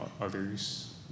others